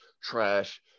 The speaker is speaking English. trash